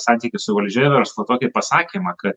santykių su valdžia verslo tokį pasakymą kad